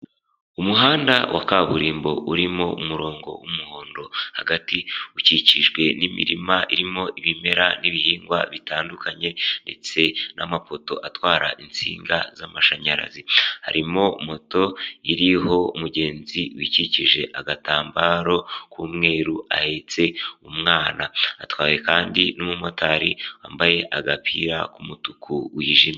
Umuhanda wa kaburimbo urimo umurongo w'umuhondo hagati, ukikijwe n'imirima irimo ibimera n'ibihingwa bitandukanye ndetse n'amapoto atwara insinga z'amashanyarazi, harimo moto iriho umugenzi wikikije agatambaro k'umweru ahetse umwana, atwawe kandi n'umumotari wambaye agapira k'umutuku wijimye.